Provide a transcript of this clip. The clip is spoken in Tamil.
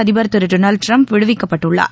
அதிபர் திருடொனால்டுடிரம்ப் விடுவிக்கப்பட்டுள்ளார்